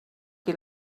qui